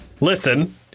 Listen